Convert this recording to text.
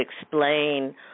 explain